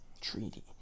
treaty